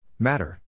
Matter